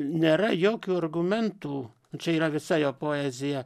nėra jokių argumentų čia yra visa jo poezija